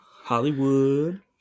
Hollywood